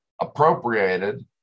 appropriated